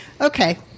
Okay